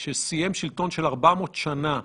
נדמה לי שזה דיון רביעי שאנחנו עושים בחצי השנה האחרונה,